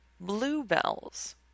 bluebells